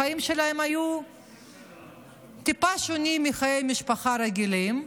החיים שלהם היו טיפה שונים מחיי משפחה רגילים,